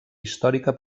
històrica